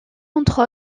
entre